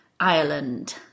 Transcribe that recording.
ireland